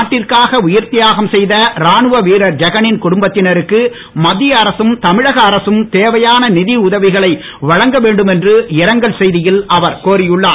நாட்டிற்காக உயிர் தியாகம் செய்த ராணுவ வீரர் ஜெகனின் குடும்பத்தினருக்கு மத்திய அரசும் தமிழக அரசும் தேவையான நிதி உதவிகளை வழங்க வேண்டும் என்று இரங்கல் செய்தியில் அவர் கோரியுள்ளார்